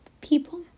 people